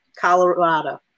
Colorado